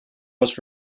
was